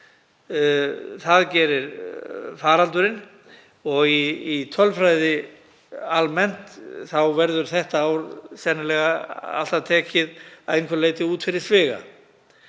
Það gerir faraldurinn. Í tölfræði almennt verður það ár sennilega alltaf tekið að einhverju leyti út fyrir sviga.